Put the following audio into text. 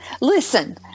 Listen